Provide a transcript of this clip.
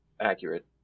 accurate